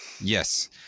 yes